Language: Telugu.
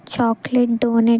chocolate doughnut